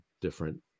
different